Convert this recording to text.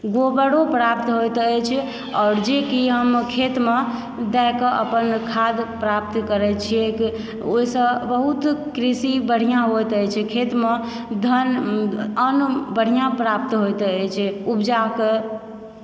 गोबरो प्राप्त होयत अछि आओर जेकि हमर खेतमऽ दएकऽ अपन खाद प्राप्त करय छियैक ओहिसँ बहुत कृषि बढ़िआँ होयत अछि खेतमऽ धन्न अन्न बढ़िआँ प्राप्त होयत अछि उपजाकऽ